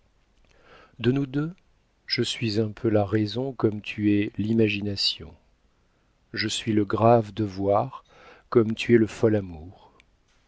de nous deux je suis un peu la raison comme tu es l'imagination je suis le grave devoir comme tu es le fol amour